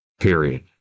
period